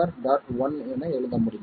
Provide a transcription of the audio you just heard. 1 என எழுத முடியும்